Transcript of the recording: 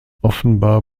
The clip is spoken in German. offenbar